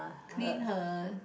clean her